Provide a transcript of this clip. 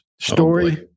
Story